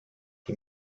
die